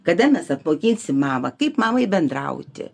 kada mes apmokinsim mamą kaip mamai bendrauti